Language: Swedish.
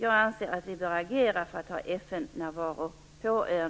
Jag anser att vi bör agera för att ha en ständig FN närvaro på ön.